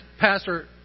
Pastor